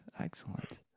excellent